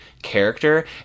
character